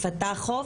פתחוב.